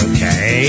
Okay